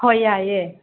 ꯍꯣꯏ ꯌꯥꯏꯌꯦ